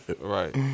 right